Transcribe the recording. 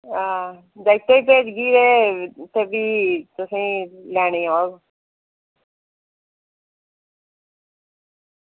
हां जागतै गी भेजगी ते भी तुसेंगी लैने गी औग